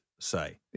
say